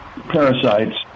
parasites